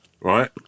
right